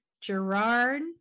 Gerard